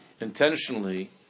intentionally